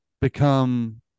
become